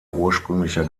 ursprünglicher